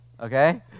okay